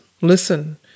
Listen